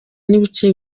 n’ibice